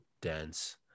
dense